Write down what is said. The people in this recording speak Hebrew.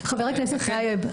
חבר הכנסת טייב,